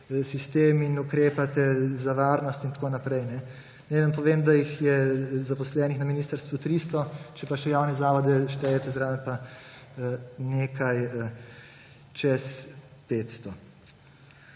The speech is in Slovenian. in ukrepate za varnost tako naprej. Naj vam povem, da jih je zaposlenih na ministrstvu 300, če pa še javne zavode štejete zraven, pa nekaj čez 500.